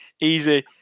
easy